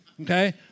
okay